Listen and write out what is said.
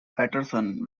patterson